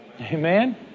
Amen